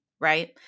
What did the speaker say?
right